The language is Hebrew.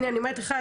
הנה אני אומרת לך,